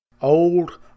old